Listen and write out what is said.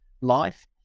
life